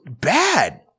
bad